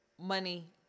money